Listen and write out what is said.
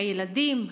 הילדים,